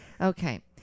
Okay